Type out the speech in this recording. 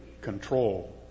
control